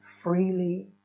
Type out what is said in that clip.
freely